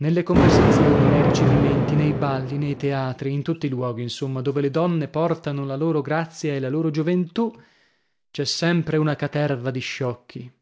nelle conversazioni nei ricevimenti nei balli nei teatri in tutti i luoghi insomma dove le donne portano la loro grazia e la loro gioventù c'è sempre una caterva di sciocchi